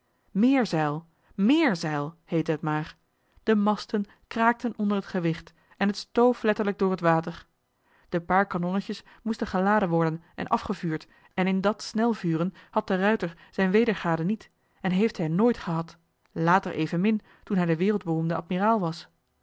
meer zeil méér zeil heette het maar de masten kraakten onder t gewicht en t stoof letterlijk door t water de paar kanonnetjes moesten geladen worden en afgevuurd en in dat snelvuren had de ruijter zijn wedergade niet en heeft hij nooit gehad later evenmin toen hij joh h been paddeltje de scheepsjongen van michiel de ruijter de wereldberoemde admiraal was